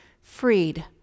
freed